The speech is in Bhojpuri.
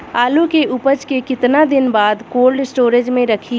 आलू के उपज के कितना दिन बाद कोल्ड स्टोरेज मे रखी?